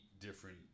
different